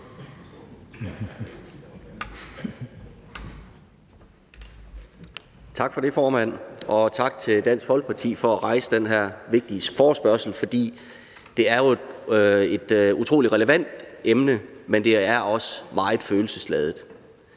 Tak for det, formand, og tak til Dansk Folkeparti for at stille den her vigtige forespørgsel. Det er jo et utrolig relevant emne, men det er også meget følelsesladet,